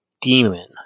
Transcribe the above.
demon